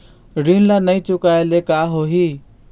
ऋण ला नई चुकाए ले का होही?